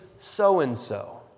so-and-so